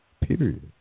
period